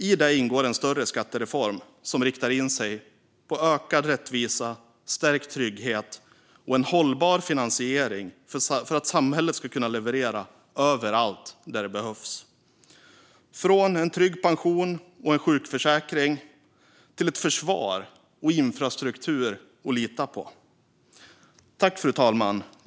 I det ingår en större skattereform som riktar in sig på ökad rättvisa, stärkt trygghet och en hållbar finansiering för att samhället ska kunna leverera överallt där det behövs - alltifrån en trygg pension och en sjukförsäkring till ett försvar och en infrastruktur att lita på. Fru talman!